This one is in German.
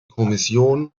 kommission